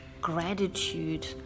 gratitude